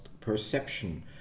perception